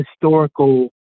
historical